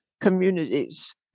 communities